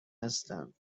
هستم